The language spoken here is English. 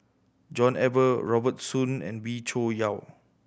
John Eber Robert Soon and Wee Cho Yaw